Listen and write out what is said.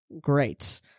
Great